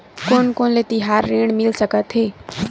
कोन कोन ले तिहार ऋण मिल सकथे?